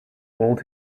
old